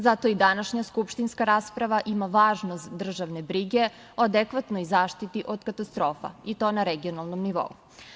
Zato i današnja skupštinska rasprava ima važnost državne brige o adekvatnoj zaštiti od katastrofa, i to na regionalnom nivou.